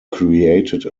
created